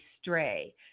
stray